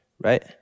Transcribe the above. right